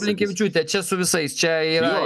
blinkevičiūtė čia su visais čia yra